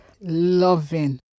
loving